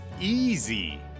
easy